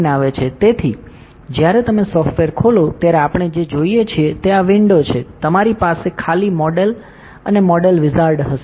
તેથી જ્યારે તમે સોફ્ટવેર ખોલો ત્યારે આપણે જે જોઈએ છીએ તે આ વિંડો છે તમારી પાસે ખાલી મોડેલ અને મોડેલ વિઝાર્ડ હશે